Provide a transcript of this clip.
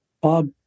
Bob